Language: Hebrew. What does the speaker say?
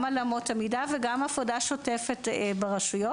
גם על אמות המידה וגם עבודה שוטפת ברשויות.